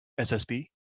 SSB